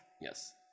yes